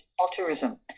altruism